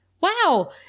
Wow